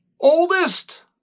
oldest